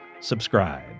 subscribe